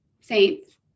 saints